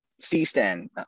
c-stand